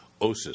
osis